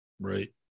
right